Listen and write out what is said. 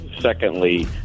Secondly